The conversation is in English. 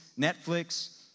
Netflix